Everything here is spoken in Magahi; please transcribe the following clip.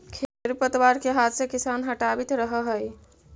खेर पतवार के हाथ से किसान हटावित रहऽ हई